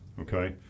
okay